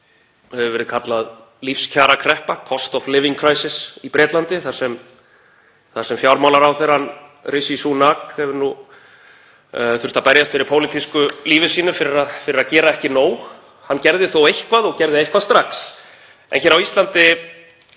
sem hefur verið kallað lífskjarakreppa, „cost of living crisis“. Í Bretlandi hefur fjármálaráðherrann Rishi Sunak þurft að berjast fyrir pólitísku lífi sínu fyrir að gera ekki nóg, hann gerði þó eitthvað og gerði eitthvað strax. En hér á Íslandi